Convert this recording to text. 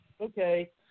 okay